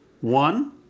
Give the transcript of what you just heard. One